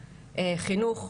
חינוך,